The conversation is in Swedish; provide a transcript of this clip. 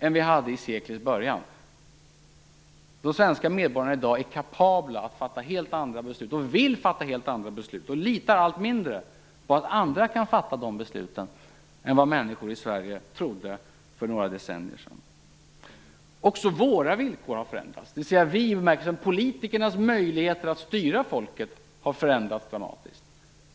än vad vi hade i seklets början. De svenska medborgarna är i dag kapabla att fatta helt andra beslut, de vill fatta helt andra beslut och litar allt mindre på att andra kan fatta de besluten än vad människor i Sverige trodde för några decennier sedan. Också våra villkor har förändrats. Våra, dvs. politikernas möjligheter att styra folket har förändrats dramatiskt.